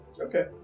Okay